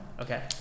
okay